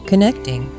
Connecting